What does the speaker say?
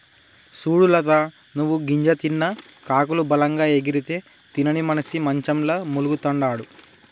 సూడు లత నువ్వు గింజ తిన్న కాకులు బలంగా ఎగిరితే తినని మనిసి మంచంల మూల్గతండాడు